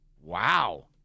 Wow